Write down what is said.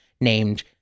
named